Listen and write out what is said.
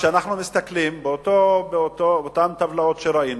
כשאנחנו מסתכלים באותן טבלאות שראינו,